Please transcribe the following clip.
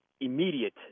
immediate